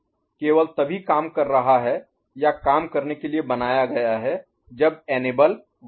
तो यह सर्किट केवल तभी काम कर रहा है या काम करने के लिए बनाया गया है जब इनेबल 1 है